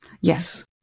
Yes